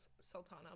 Sultana